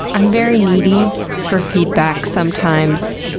i'm very needy for feedback sometimes.